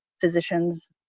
physicians